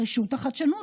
רשות החדשנות,